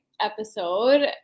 episode